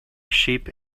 sheep